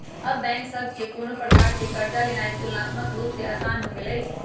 अब बैंक सभ से कोनो प्रकार कें कर्जा लेनाइ तुलनात्मक रूप से असान हो गेलइ